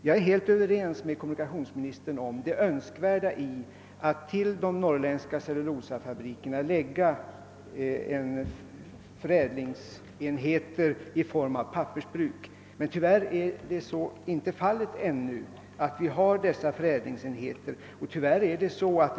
Jag är helt överens med kommunikationsministern om det önskvärda i att till de norrländska cellulosafabrikerna lägga förädlingsenheter i form av pappersbruk. Men tyvärr har vi ännu inte dessa förädlingsenheter utbyggda i tillräcklig omfattning.